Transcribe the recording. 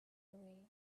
away